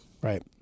Right